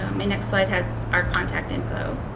um next slide has our contact info.